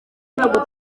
ntabwo